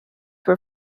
were